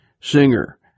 singer